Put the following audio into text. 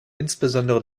insbesondere